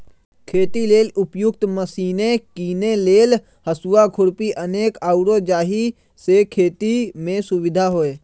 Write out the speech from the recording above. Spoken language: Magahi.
खेती लेल उपयुक्त मशिने कीने लेल हसुआ, खुरपी अनेक आउरो जाहि से खेति में सुविधा होय